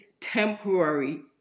temporary